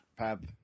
Pab